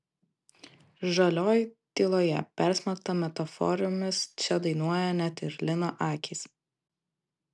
žalioj tyloje persmelkta metaforomis čia dainuoja net ir lino akys